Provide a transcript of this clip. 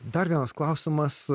dar vienas klausimas